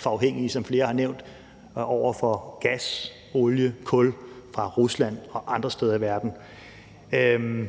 vi, som flere har nævnt, er alt, alt for afhængige af gas, olie og kul fra Rusland og andre steder i verden.